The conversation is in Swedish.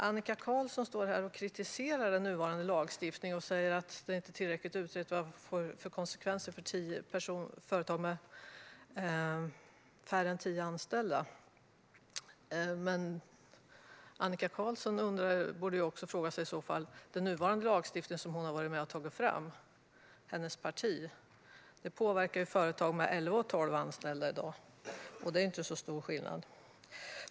Annika Qarlsson kritiserar den nuvarande lagstiftningen och säger att det inte är tillräckligt utrett vad ändringen får för konsekvenser för företag med färre än tio anställda. Men den nuvarande lagstiftningen, som hennes parti har varit med och tagit fram, påverkar ju företag med elva och tolv anställda i dag. Det är inte så stor skillnad.